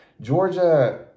Georgia